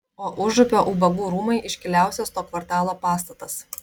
o užupio ubagų rūmai iškiliausias to kvartalo pastatas